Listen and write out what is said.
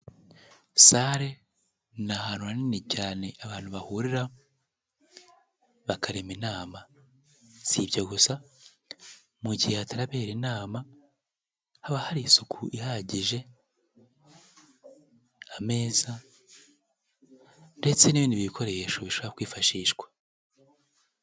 Sale n’ahantu ha nini cyane abantu bahurira bakarema inama si ibyo gusa mu gihe hatarabera inama haba hari isuku ihagije ameza ndetse n'ibindi bikoresho bishobora kwifashishwa.